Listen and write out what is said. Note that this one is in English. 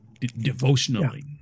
devotionally